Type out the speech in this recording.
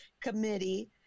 Committee